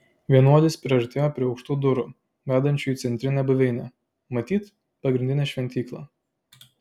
vienuolis priartėjo prie aukštų durų vedančių į centrinę buveinę matyt pagrindinę šventyklą